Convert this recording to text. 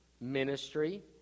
ministry